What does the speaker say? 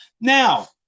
Now